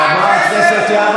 חבר הכנסת טיבי,